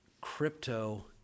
crypto